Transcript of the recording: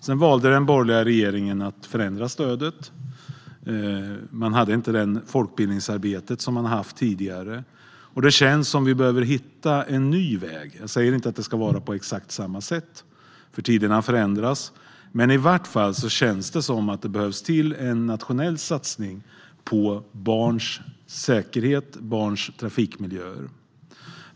Sedan valde den borgerliga regeringen att förändra stödet. Man hade inte det folkbildningsarbete som man hade haft tidigare. Det känns som att vi behöver hitta en ny väg. Jag säger inte att det ska vara på exakt samma sätt, för tiderna förändras, men i varje fall känns det som att det behövs en nationell satsning på barns säkerhet och barns trafikmiljöer.